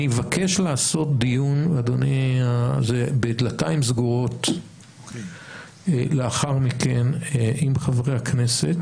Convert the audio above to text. אני מבקש לעשות דיון בדלתיים סגורות לאחר מכן עם חברי הכנסת.